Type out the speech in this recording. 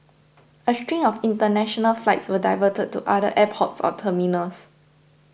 a string of international flights were diverted to other airports or terminals